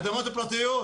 על אדמות הפרטיות.